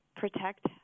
protect